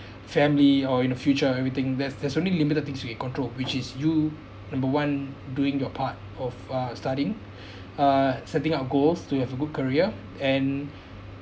family or in the future everything there's there's only limited things we control which is you number one doing your part of uh studying uh setting up goals to have a good career and